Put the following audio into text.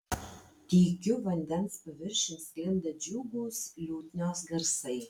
tykiu vandens paviršium sklinda džiugūs liutnios garsai